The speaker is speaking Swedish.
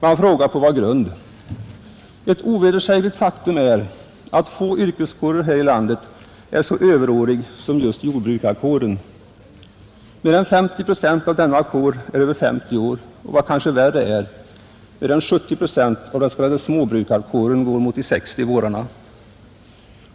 Man frågar på vad grund, Ett ovedersägligt faktum är att få yrkeskårer här i landet är så överåriga som just jordbrukarkåren. Mer än 50 procent av denna kår är över 50 år, och vad kanske värre är: mer än 70 procent av den s, k. småbrukarkåren går mot de 60 vårarna.